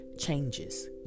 changes